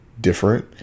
different